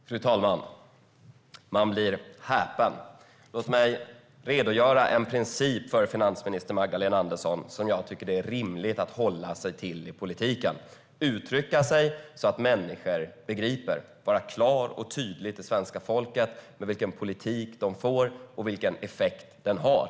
Fru talman! Man häpnar! Låt mig redogöra för en princip som jag tycker är rimlig att hålla sig till i politiken, finansminister Magdalena Andersson, nämligen att uttrycka sig så att människor begriper, vara klar och tydlig inför svenska folket med vilken politik de får och vilken effekt den har.